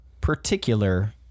particular